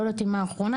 לא יודעת אם האחרונה,